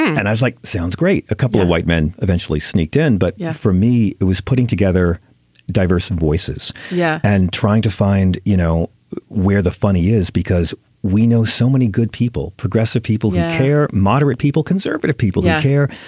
and i was like. sounds great. a couple of white men eventually sneaked in. but yeah for me it was putting together diverse and voices. yeah and trying to find you know where the funny is because we know so many good people progressive people can care moderate people conservative people out there.